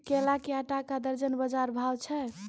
केला के आटा का दर्जन बाजार भाव छ?